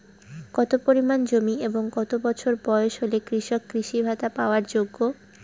কত পরিমাণ জমি এবং কত বছর বয়স হলে কৃষক কৃষি ভাতা পাওয়ার যোগ্য?